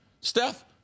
Steph